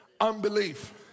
unbelief